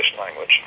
language